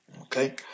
Okay